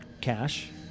cash